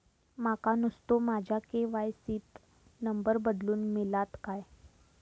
माका नुस्तो माझ्या के.वाय.सी त नंबर बदलून मिलात काय?